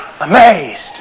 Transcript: amazed